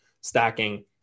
stacking